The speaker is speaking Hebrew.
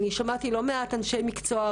אני שמעתי לא מעט אנשי מקצוע,